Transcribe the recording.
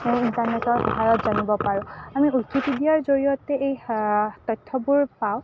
ইণ্টাৰনেটৰ সহায়ত জানিব পাৰোঁ আমি উইকিপেডিয়াৰ জৰিয়তে এই তথ্যবোৰ পাওঁ